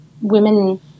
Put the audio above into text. women